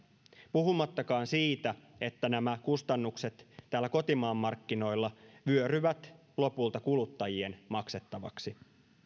puhumattakaan siitä että nämä kustannukset täällä kotimaan markkinoilla vyöryvät lopulta kuluttajien maksettavaksi